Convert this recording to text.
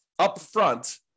upfront